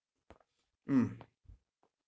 mm